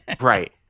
Right